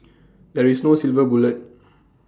there is no silver bullet